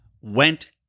went